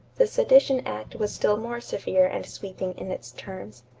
the sedition act was still more severe and sweeping in its terms.